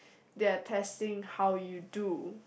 they're testing how you do